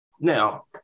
Now